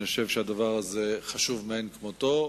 אני חושב שהדבר הזה חשוב מאין כמותו.